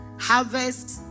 harvest